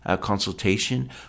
consultation